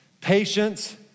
Patience